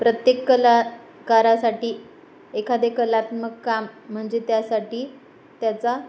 प्रत्येक कला कारासाठी एखादे कलात्मक काम म्हणजे त्यासाठी त्याचा